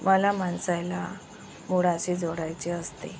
मला माणसायला मुळाशी जोडायचे असते